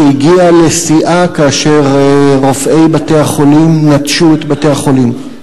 והיא הגיעה לשיאה כאשר רופאי בתי-החולים נטשו את בתי-החולים.